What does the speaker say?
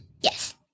Yes